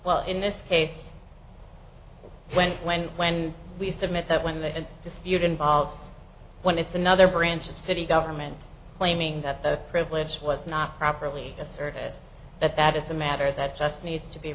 well in this case when when when we submit that when the dispute involves when it's another branch of city government claiming that the privilege was not properly asserted that that is a matter that just needs to be